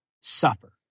suffer